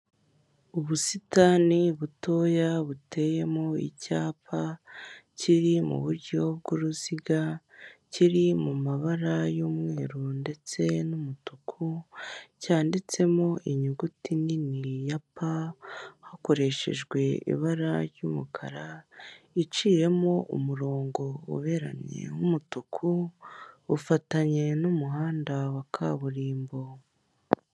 Ubusitani butoya buteyemo icyapa kiri mu buryo bw'uruziga kiri mu mabara y'umweru ndetse n'umutuku, cyanditsemo inyuguti nini ya pa hakoreshejwe ibara ry'umukara iciyemo umurongo uberamye w'umutuku ufatanye n'umuhanda wa kaburimbo.